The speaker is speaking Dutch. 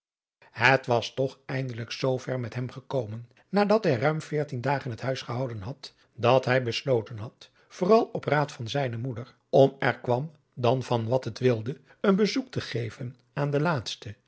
het was toch eindelijk zoover met hem gekomen nadat hij ruim veertien dagen het huis gehouden had dat hij besloten had vooral op raad van zijne moeder om er kwam dan van wat het wilde een bezoek te geven aan den laatsten